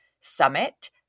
Summit